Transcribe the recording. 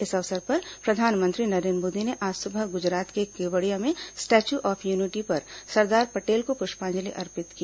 इस अवसर पर प्रधानमंत्री नरेन्द्र मोदी ने आज सुबह गुजरात के केवड़िया में स्टैच्यू ऑफ यूनिटी पर सरदार पटेल को पुष्पांजलि अर्पित की